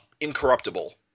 Incorruptible